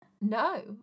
No